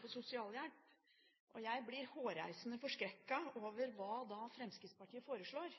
på sosialhjelp. Jeg blir hårreisende forskrekket over hva Fremskrittspartiet da foreslår.